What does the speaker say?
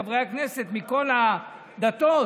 חברי הכנסת מכל הדתות,